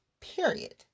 period